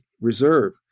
Reserve